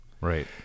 Right